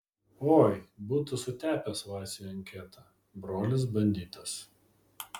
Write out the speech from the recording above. oi būtų sutepęs vaciui anketą brolis banditas